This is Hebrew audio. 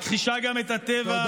מכחישה גם את הטבח.